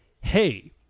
hey